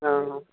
हा